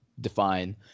define